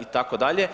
itd.